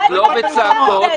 מה זה הקשקוש הזה?